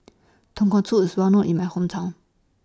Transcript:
Tonkatsu IS Well known in My Hometown